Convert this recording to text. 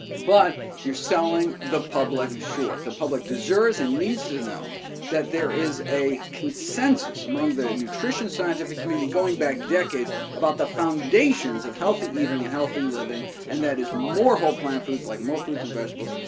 but you're selling the public short. the public deserves and needs to know that there is a consensus among the nutrition scientific community going back decades about the foundations of healthy eating and healthy living, and that is more whole plant foods like more fruits and vegetables,